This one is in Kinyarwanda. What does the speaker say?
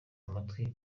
amatwi